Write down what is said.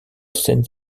seine